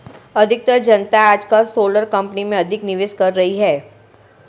अधिकतर जनता आजकल सोलर कंपनी में अधिक निवेश कर रही है